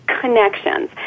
connections